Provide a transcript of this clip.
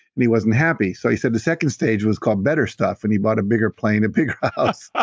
and he wasn't happy. so he said the second stage was called better stuff, and he bought a bigger plane, a bigger house, ah